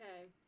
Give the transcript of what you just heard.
Okay